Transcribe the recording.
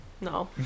no